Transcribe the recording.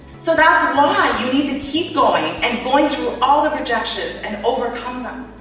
so, that's why you need to keep going, and going through all the rejections, and overcome them.